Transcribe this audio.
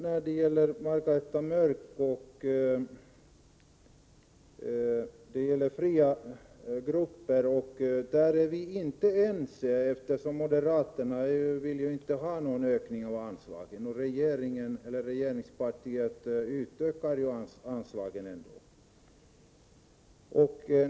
När det gäller de fria grupperna är Margareta Mörck och jag inte ense. Moderaterna vill ju inte ha någon ökning av anslaget, medan regeringspartiet vill ha en ökning.